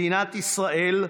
מדינת ישראל,